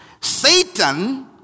Satan